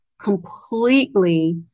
completely